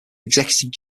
executive